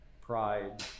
pride